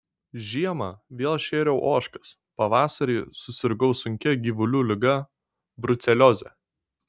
žiemą vėl šėriau ožkas pavasarį susirgau sunkia gyvulių liga brucelioze